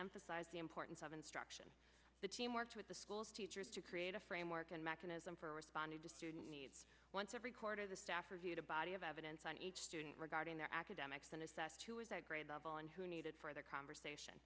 emphasize the importance of instruction the team worked with the schools teachers to create a framework and mechanism for responding to student needs once every quarter the staff reviewed a body of evidence on each student regarding their academic been assessed at grade level and who needed further conversation